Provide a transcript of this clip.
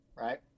right